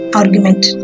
argument